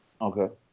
Okay